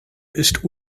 ist